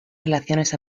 relaciones